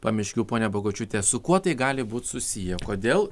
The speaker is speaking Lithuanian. pamiškių ponia bagočiūte su kuo tai gali būt susiję kodėl